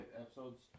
episodes